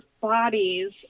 bodies